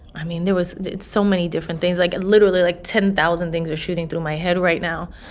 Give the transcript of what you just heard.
i mean, there was so many different things. like, literally, like, ten thousand things are shooting through my head right now.